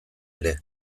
ere